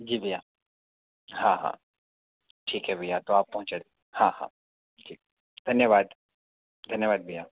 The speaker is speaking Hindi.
जी भैया हाँ हाँ ठीक है भैया तो आप पहुँचा हाँ हाँ ठीक है धन्यवाद धन्यवाद भैया